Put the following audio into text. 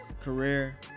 career